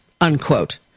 unquote